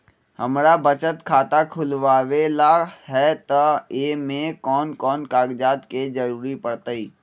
हमरा बचत खाता खुलावेला है त ए में कौन कौन कागजात के जरूरी परतई?